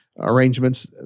arrangements